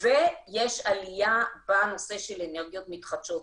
ויש עלייה בנושא של אנרגיות מתחדשות.